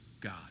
God